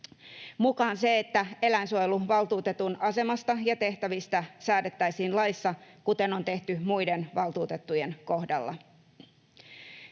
mukaan se, että eläinsuojeluvaltuutetun asemasta ja tehtävistä säädettäisiin laissa, kuten on tehty muiden valtuutettujen kohdalla.